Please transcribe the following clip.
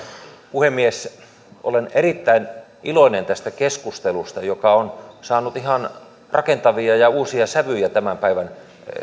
puhemies olen erittäin iloinen tästä keskustelusta joka on saanut ihan rakentavia ja uusia sävyjä tämän päivän